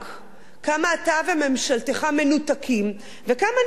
כמה אתה וממשלתך מנותקים וכמה נמאסתם.